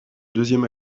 deuxième